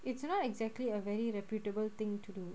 it's not exactly a very reputable thing to do